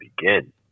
begin